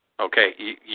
Okay